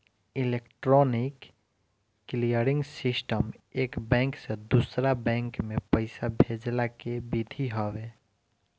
electronic clearing system एक bank से दूसरा बैंक में पईसा भेजला के विधि हवे